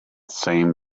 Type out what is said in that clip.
same